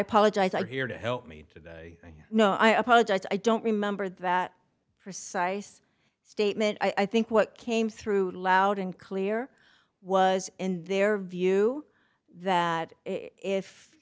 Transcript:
apologize i'm here to help me today you know i apologize i don't remember that precise statement i think what came through loud and clear was in their view that if